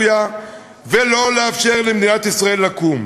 בעוד שעה קלה יתקיים במליאה דיון לזכרו של השר לשעבר אלוף רחבעם